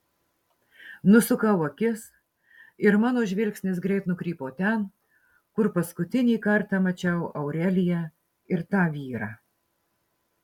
nusukau akis ir mano žvilgsnis greit nukrypo ten kur paskutinį kartą mačiau aureliją ir tą vyrą